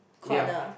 corner